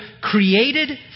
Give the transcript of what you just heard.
created